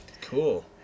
Cool